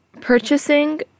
purchasing